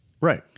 Right